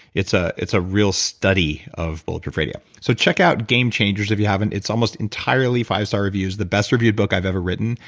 it's ah it's a real study of bulletproof radio. so, check out game changers if you haven't. it's almost entirely five star reviews. the best reviewed book i've ever written.